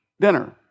dinner